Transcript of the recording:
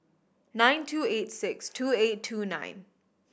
nine two eight six two eight two nine